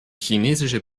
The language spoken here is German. chinesische